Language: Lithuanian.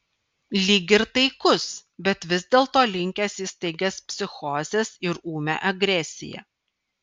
lyg ir taikus bet vis dėlto linkęs į staigias psichozes ir ūmią agresiją